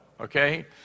Okay